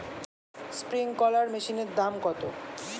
Sprinkler মেশিনের দাম কত?